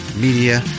Media